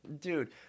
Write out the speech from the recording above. Dude